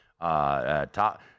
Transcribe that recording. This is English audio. Top